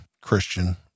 Christian